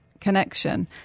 connection